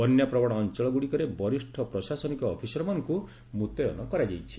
ବନ୍ୟାପ୍ରବଣ ଅଞ୍ଚଳ ଗୁଡ଼ିକରେ ବରିଷ୍ଠ ପ୍ରଶାସନିକ ଅଫିସରମାନଙ୍କୁ ମୁତୟନ କରାଯାଇଛି